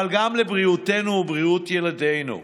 אבל גם לבריאותנו ובריאות ילדינו,